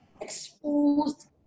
exposed